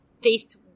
taste